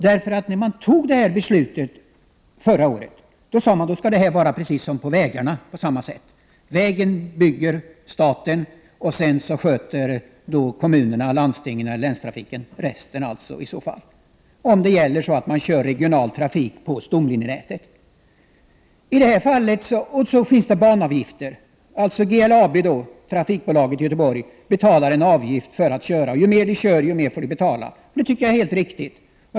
Då beslut fattades förra året sade man att samma principer skulle gälla som för vägar, nämligen att staten bygger vägen medan kommunerna, landstingen och länstrafiken sköter resten, om regionaltrafik bedrivs på stomlinjenätet. Dessutom finns banavgifter. GLAB, trafikbolaget i Göteborg, betalar en avgift för att köra på banan. Ju mer företaget kör, desto mer får det betala. Det är en riktig princip.